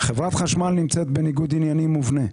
חברת החשמל נמצאת בניגוד עניינים מובנה,